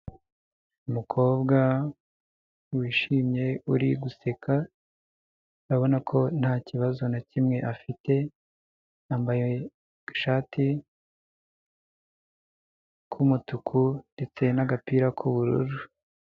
Umukobwa wishimye uri guseka urabona ko ntaki kibazo na kimwe afite yambaye ishati k'umutuku ndetse n'agapira k'ubururu.